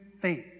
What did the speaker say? faith